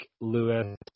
Lewis